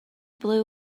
blue